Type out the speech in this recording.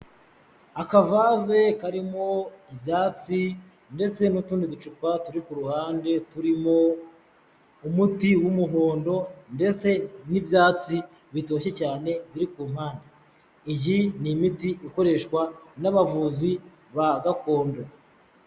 Akavaze karimo ibyatsi ndetse n'utundi ducupa turi ku ruhande, turimo umuti w'umuhondo ndetse n'ibyatsi bitoshye cyane biri ku mpande. Iyi ni imiti ikoreshwa n'abavuzi ba gakondo.